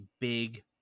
big